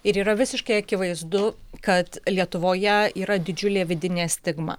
ir yra visiškai akivaizdu kad lietuvoje yra didžiulė vidinė stigma